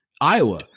Iowa